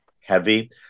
heavy